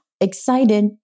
excited